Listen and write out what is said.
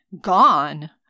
Gone